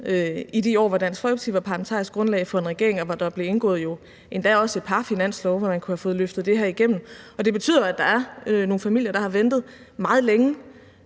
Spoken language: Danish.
i de år, hvor Dansk Folkeparti var parlamentarisk grundlag for en regering, og hvor der blev indgået aftale om endda også et par finanslove, hvor man kunne have fået det her igennem. Og det betyder, at der er nogle familier, der har ventet meget længe